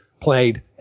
played